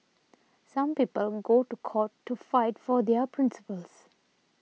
some people go to court to fight for their principles